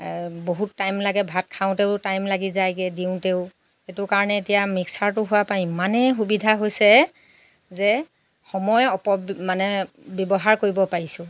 বহুত টাইম লাগে ভাত খাওঁতেও টাইম লাগি যায়গৈ দিওঁতেও সেইটো কাৰণে এতিয়া মিক্সাৰটো হোৱাৰ পৰা ইমানেই সুবিধা হৈছে যে সময় মানে ব্যৱহাৰ কৰিব পাৰিছোঁ